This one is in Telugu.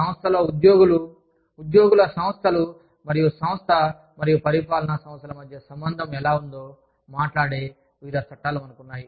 సంస్థలో ఉద్యోగులు ఉద్యోగుల సంస్థలు మరియు సంస్థ మరియు పరిపాలనా సంస్థల మధ్య సంబంధం ఎలా ఉందో మాట్లాడే వివిధ చట్టాలు మనకు ఉన్నాయి